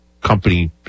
company